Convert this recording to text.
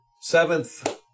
seventh